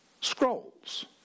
scrolls